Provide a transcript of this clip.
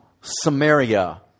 Samaria